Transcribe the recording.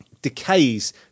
decays